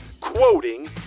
quoting